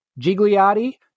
Gigliotti